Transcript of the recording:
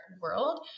world